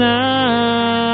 now